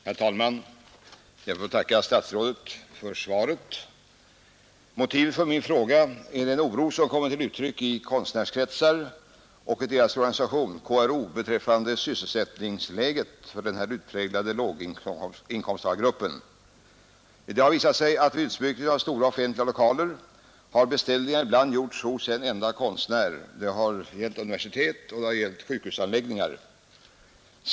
Herr talman! Jag ber att få tacka statsrådet för svaret. Motivet för min fråga är den oro som kommer till uttryck i konstnärskretsar och inom konstnärernas riksorganisation KRO beträffande sysselsättningsläget i denna utpräglade låginkomsttagargrupp. För hela utsmyckningen av stora offentliga lokaler har beställningar ibland gjorts hos en enda konstnär. Detta har varit fallet i bl.a. universitet och sjukhusanläggningar.